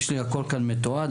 יש לי הכול כאן מתועד.